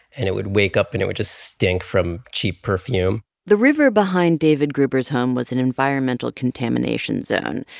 and it would wake up and it would just stink from cheap perfume the river behind david gruber's home was an environmental contamination zone.